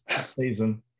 season